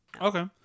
okay